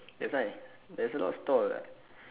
that's why there is a lot of store [what]